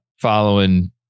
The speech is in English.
following